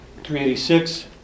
386